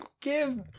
give